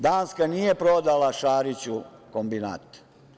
Danska nije prodala Šariću kombinate.